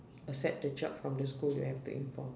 accept the job from the school we have to inform